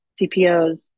CPOs